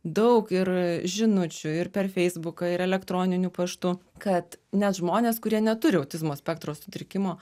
daug ir žinučių ir per feisbuką ir elektroniniu paštu kad net žmonės kurie neturi autizmo spektro sutrikimo